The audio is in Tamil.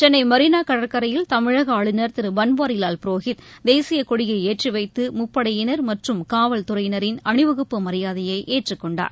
சென்னை மெரீனா கடற்கரையில் தமிழக ஆளுநர் திரு பன்வாரிவால் புரோகித் தேசியக்கொடியை ஏற்றிவைத்து முப்படையினர் மற்றம் காவல்துறையினரின் அணிவகுப்பு மரியாதையை ஏற்றுக்கொண்டனர்